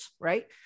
right